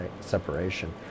separation